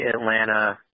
Atlanta